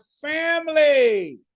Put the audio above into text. family